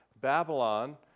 Babylon